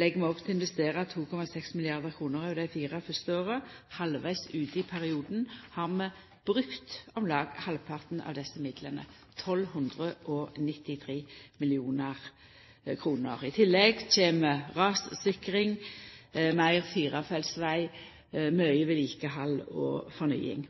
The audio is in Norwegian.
legg vi opp til å investera 2,6 mrd. kr over dei fire fyrste åra. Halvvegs ut i perioden har vi brukt om lag halvparten av desse midlane – 1 293 mill. kr. I tillegg kjem rassikring, meir firefelts veg, mykje vedlikehald og fornying.